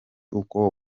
uko